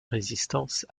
résistance